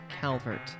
Calvert